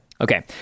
Okay